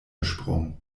gesprungen